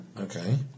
Okay